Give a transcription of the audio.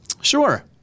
Sure